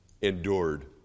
endured